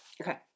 Okay